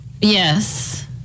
Yes